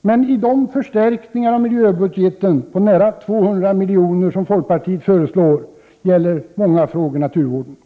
men i de förstärkningar av miljöbudgeten på nära 200 miljoner som folkpartiet föreslår gäller många frågor naturvården.